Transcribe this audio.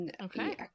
Okay